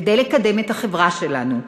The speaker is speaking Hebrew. כדי לקדם את החברה שלנו,